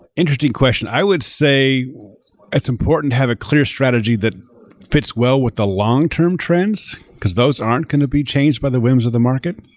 interesting question. i would say it's important to have a clear strategy that fits well with the long-term trends, because those aren't going to be changed by the whims of the market.